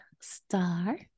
Star